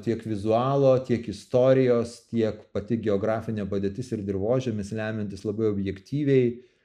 tiek vizualo tiek istorijos tiek pati geografinė padėtis ir dirvožemis lemiantis labai objektyviai